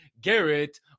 Garrett